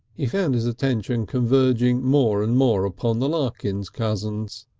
he found his attention converging more and more upon the larkins cousins.